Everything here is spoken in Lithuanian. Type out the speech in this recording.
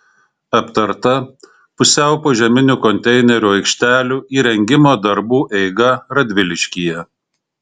aptarta pusiau požeminių konteinerių aikštelių įrengimo darbų eiga radviliškyje